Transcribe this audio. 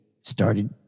started